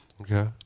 Okay